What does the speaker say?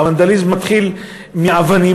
הוונדליזם מתחיל באבנים,